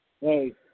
Hey